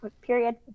period